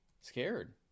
scared